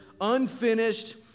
unfinished